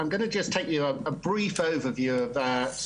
אני אסתכל עליהן לפי סוג,